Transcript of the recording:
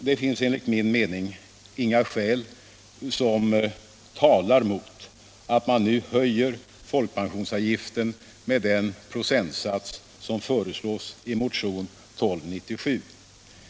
Det finns enligt min mening inga skäl som talar mot att man nu höjer folkpensionsavgiften med den procentsats som föreslås i motionen 1976/77:1297.